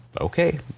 Okay